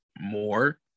more